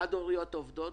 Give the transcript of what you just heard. חד הוריות עובדות,